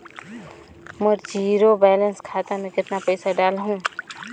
मोर zero balance खाता मे कतना पइसा डाल हूं?